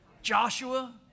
Joshua